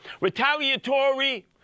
retaliatory